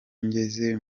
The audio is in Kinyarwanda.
ngeze